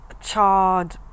charred